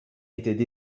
étaient